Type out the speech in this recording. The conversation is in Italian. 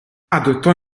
adottò